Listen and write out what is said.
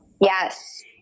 Yes